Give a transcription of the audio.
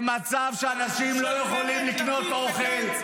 למצב שבו אנשים לא יכולים לקנות אוכל.